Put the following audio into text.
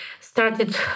started